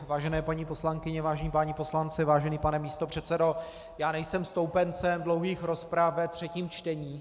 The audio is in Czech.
Vážené paní poslankyně, vážení poslanci, vážený pane místopředsedo, já nejsem stoupencem dlouhých rozprav ve třetím čtení.